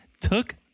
took